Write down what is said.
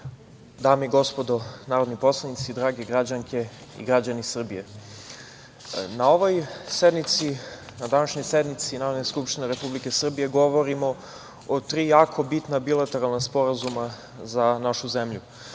dame i gospodo narodni poslanici, drage građanke i dragi građani Srbije, na današnjoj sednici Narodne skupštine Republike Srbije, govorimo o tri jako bitna bilateralna sporazuma za našu zemlju.